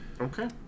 Okay